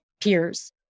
peers